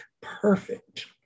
perfect